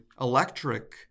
electric